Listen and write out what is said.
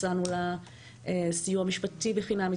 הצענו לה סיוע משפטי בחינם,